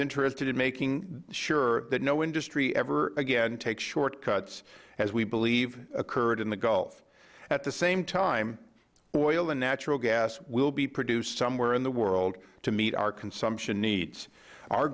interested in making sure that no industry ever again takes shortcuts as we believe occurred in the gulf at the same time oil and natural gas will be produced somewhere in the world to meet our consumption needs our